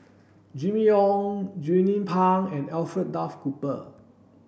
Jimmy Ong Jernnine Pang and Alfred Duff Cooper